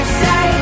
say